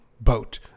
boat